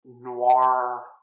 noir